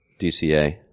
DCA